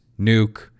Nuke